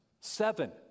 Seven